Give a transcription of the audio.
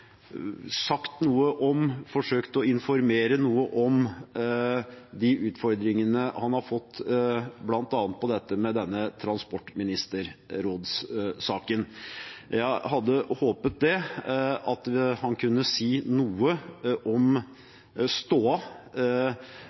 sagt noe om og forsøkt å informere noe om de utfordringene han har fått bl.a. i forbindelse med denne transportministerrådssaken. Jeg hadde håpet at han kunne si noe om